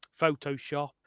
Photoshop